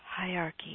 hierarchy